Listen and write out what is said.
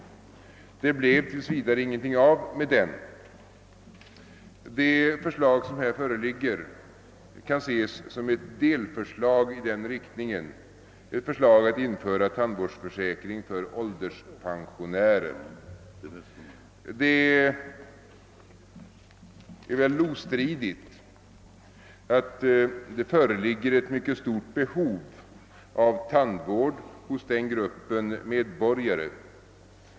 Det blev tills vidare ingenting av med den. Det förslag att införa tandvårdsförsäkring för ålderspensionärer som här föreligger kan ses som ett delförslag i den riktningen. Det är väl ostridigt att det föreligger ett mycket stort behov av tandvård hos den gruppen medborgare.